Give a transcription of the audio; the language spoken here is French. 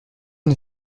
une